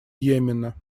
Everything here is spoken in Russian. йемена